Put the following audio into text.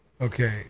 Okay